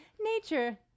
Nature